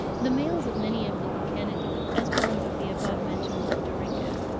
the males of many of the lucanidae, as well as of the above-mentioned leptorhynchus,